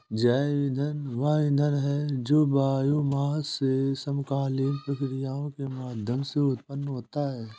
जैव ईंधन वह ईंधन है जो बायोमास से समकालीन प्रक्रियाओं के माध्यम से उत्पन्न होता है